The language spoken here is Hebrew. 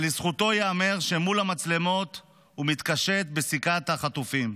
אבל לזכותו ייאמר שמול המצלמות הוא מתקשט בסיכת החטופים.